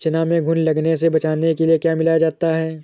चना में घुन लगने से बचाने के लिए क्या मिलाया जाता है?